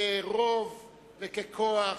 כרוב וככוח,